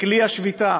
בכלי השביתה